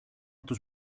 τους